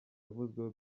yavuzweho